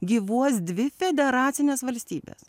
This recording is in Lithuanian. gyvuos dvi federacinės valstybės